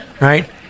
right